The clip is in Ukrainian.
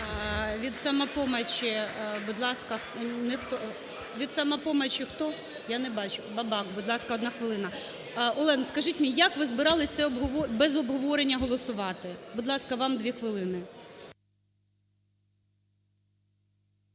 Від "Самопомочі" хто? Я не бачу. Бабак, будь ласка, одна хвилина. Олена, скажіть мені, як ви збиралися це без обговорення голосувати? Будь ласка, вам дві хвилини.